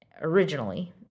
originally